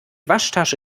waschtasche